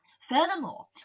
Furthermore